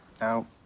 Now